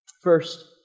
First